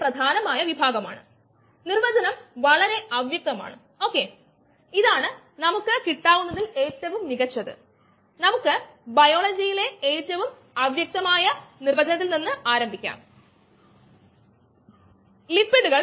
rgESk1ESV കൂടാതെ നമ്മൾ ഇവിടെ കാണുന്നതുപോലെ എൻസൈം സബ്സ്ട്രേറ്റ് കോംപ്ലക്സിന്റെ ഉപഭോഗത്തിന്റെ നിരക്ക് അതു റിവേഴ്സ് റിയാക്ഷൻ ആയി ഉപഭോഗം ചെയ്യപ്പെടുന്നു